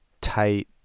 tight